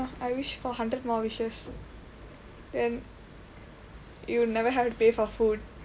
I wish for hundred more wishes and you'll never have to pay for food